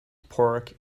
pork